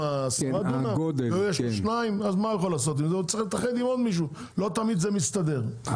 תמיד זה מסתדר.